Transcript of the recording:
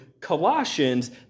Colossians